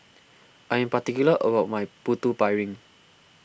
I am particular about my Putu Piring